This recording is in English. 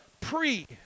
pre